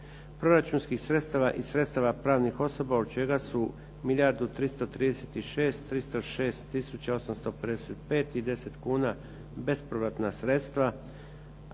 proračunskih sredstava i sredstava pravnih osoba od čega su milijardu 336, 306 tisuća 855 i 10 kuna bespovratna sredstva,